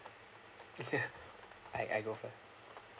I I go first